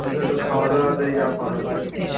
শুধু একটু খাওয়া দাওয়াতেই যা খরচ আর কি